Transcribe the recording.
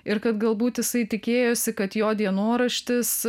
ir kad galbūt jisai tikėjosi kad jo dienoraštis